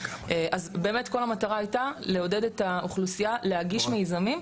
אז באמת כל המטרה הייתה לעודד את האוכלוסייה להגיש מיזמים,